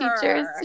teachers